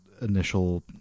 initial